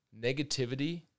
negativity